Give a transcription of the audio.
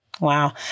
Wow